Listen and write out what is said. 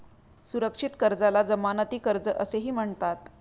सुरक्षित कर्जाला जमानती कर्ज असेही म्हणतात